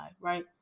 right